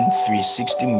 360